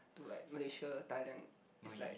to like Malaysia Thailand it's like